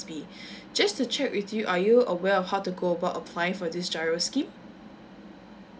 just to check with you are you aware of how to go about applying for this G_I_R_O scheme